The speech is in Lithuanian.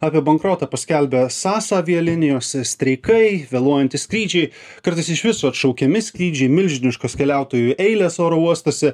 apie bankrotą paskelbė sas avialinijos streikai vėluojantys skrydžiai kartais iš viso atšaukiami skrydžiai milžiniškos keliautojų eilės oro uostuose